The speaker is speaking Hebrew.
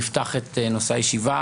נפתח את נושא הישיבה,